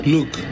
Look